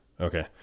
okay